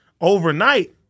overnight